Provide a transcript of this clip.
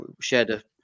shared